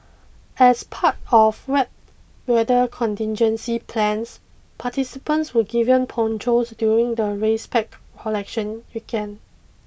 as part of wet weather contingency plans participants were given ponchos during the race pack collection weekend